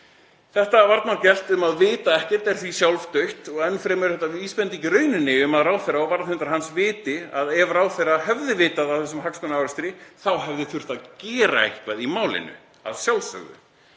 Þetta varnargelt um að vita ekkert er því sjálfdautt. Enn fremur er þetta vísbending um að ráðherra og varðhundar hans viti að ef ráðherra hefði vitað af þessum hagsmunaárekstri þá hefði þurft að gera eitthvað í málinu — að sjálfsögðu.